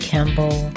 Campbell